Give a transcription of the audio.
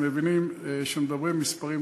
מבינים כשמדברים במספרים,